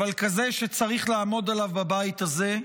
אבל כזה שצריך לעמוד עליו בבית הזה,